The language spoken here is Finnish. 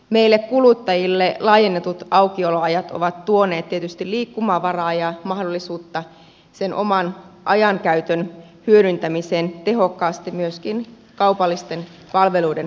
meille kuluttajille laajennetut aukioloajat ovat tuoneet tietysti liikkumavaraa ja mahdollisuutta sen oman ajankäytön hyödyntämiseen tehokkaasti myöskin kaupallisten palveluiden suhteen